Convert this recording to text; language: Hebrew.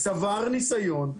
צבר ניסיון,